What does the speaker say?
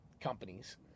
companies